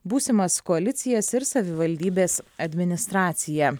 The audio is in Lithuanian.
būsimas koalicijas ir savivaldybės administraciją